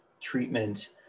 treatment